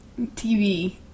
TV